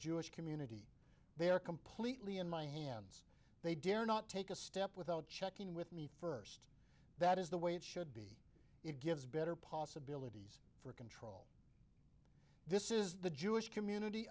jewish community they are completely in my hands they dare not take a step without checking with me first that is the way it should be it gives better possibilities this is the jewish community